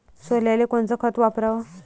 सोल्याले कोनचं खत वापराव?